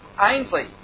Ainsley